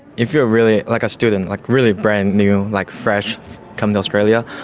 if you're really like a student, like really brand new, like fresh come to australia,